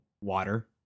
water